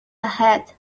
hat